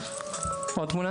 נראה,